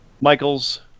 Michaels